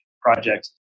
projects